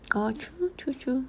oh true true true